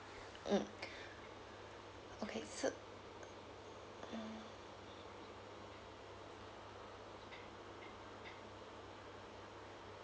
mm okay so uh uh mm